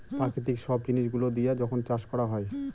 প্রাকৃতিক সব জিনিস গুলো দিয়া যখন চাষ করা হয়